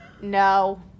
no